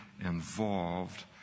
involved